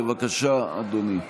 בבקשה, אדוני.